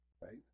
right